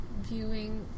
viewing